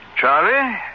Charlie